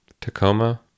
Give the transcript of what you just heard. Tacoma